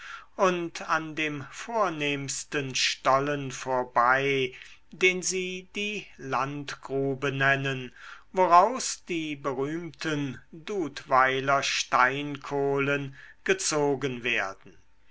und an dem vornehmsten stollen vorbei den sie die landgrube nennen woraus die berühmten dudweiler steinkohlen gezogen werden